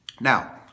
Now